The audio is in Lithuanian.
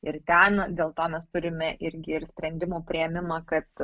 ir ten dėl to mes turime irgi ir sprendimų priėmimą kad